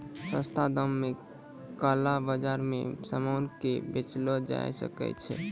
सस्ता दाम पे काला बाजार मे सामान के बेचलो जाय सकै छै